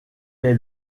est